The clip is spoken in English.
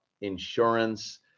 insurance